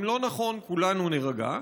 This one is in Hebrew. אם לא נכון, כולנו נירגע.